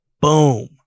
Boom